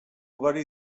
ugari